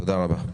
תודה רבה.